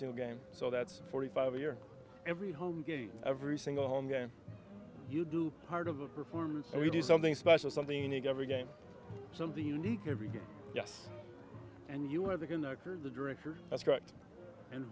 single game so that's forty five here every home game every single home game you do part of the performance and we do something special something unique every game something unique every good yes and you were the conductor the director that's correct and